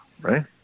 right